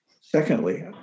Secondly